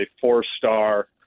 four-star